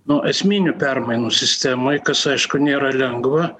nu esminių permainų sistemoj kas aišku nėra lengva